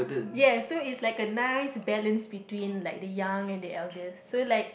yes so it's like a nice balance between like the young and the elders so like